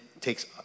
takes